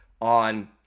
on